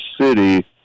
City